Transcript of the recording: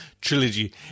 trilogy